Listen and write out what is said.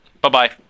Bye-bye